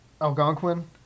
Algonquin